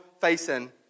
facing